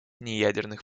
неядерных